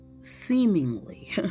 seemingly